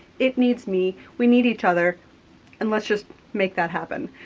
it needs me. we need each other and let's just make that happen.